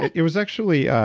it was actually,